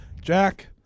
Jack